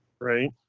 Right